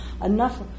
enough